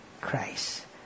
Christ